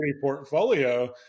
portfolio